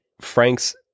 Frank's